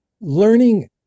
Learning